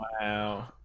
Wow